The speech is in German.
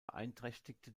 beeinträchtigte